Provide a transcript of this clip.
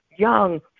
young